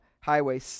highway